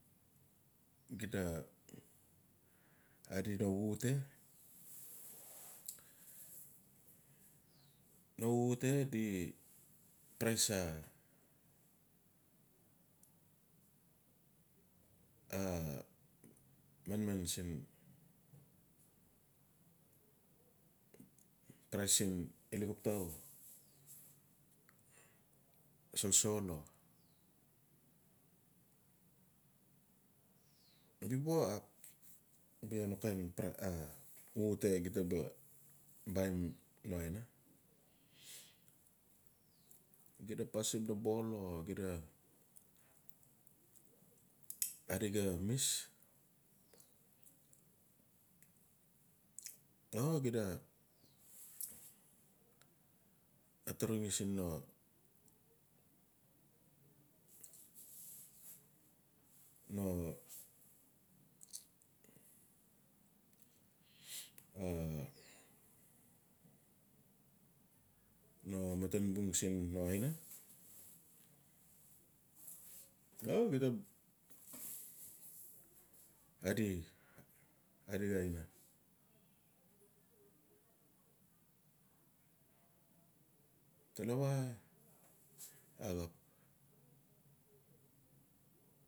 Xida adi no xuxute no xuxute di prise a-a manman siin prise o o solsol. o u bai no mat kain xuxute giya ba baim long em. Gita pasim da buol o adi xa mis o xida aturungi siin no-no a matan bung siin no aina o xida adi-adi xa aina. Talawa axap.